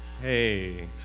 hey